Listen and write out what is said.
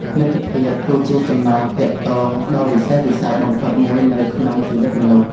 មិត្តភាពគឺជាចំណងទាក់ទងដ៏វិសេសវិសាលបំផុតមួយនៅក្នុងជីវិតមនុស្ស។